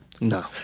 No